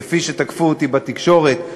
כפי שתקפו אותי בתקשורת,